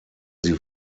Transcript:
sie